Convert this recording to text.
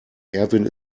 erwin